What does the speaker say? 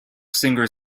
singer